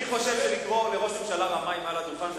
אני חושב שלקרוא לראש הממשלה רמאי מעל הדוכן,